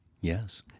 Yes